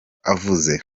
avuze